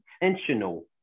intentional